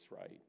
right